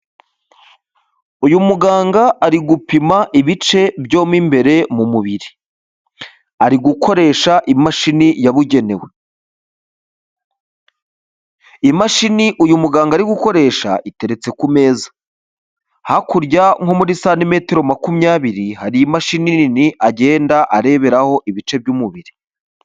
Uyu muganga ari gupima ibice byo mo imbere mu mubiri, ari gukoresha imashini yabugenewe. Imashini uyu muganga ari gukoresha iteretse ku meza, hakurya nko muri sanimetero makubiri hari imashini nini agenda areberaho ibice by'umubiri.